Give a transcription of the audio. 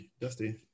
Dusty